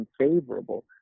unfavorable